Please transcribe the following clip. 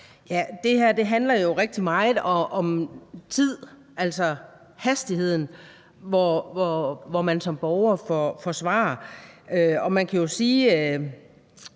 det her handler rigtig meget om den hastighed, hvormed man som borger får svar, og man kan jo spørge,